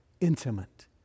intimate